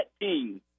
team